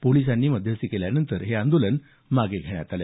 पोलिसांनी मध्यस्थी केल्यानंतर हे आंदोलन मागे घेण्यात आलं